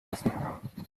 lassen